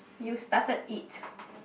you started it